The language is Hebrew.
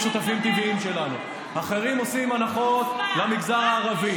הפטרונות שלכם לא עובדת.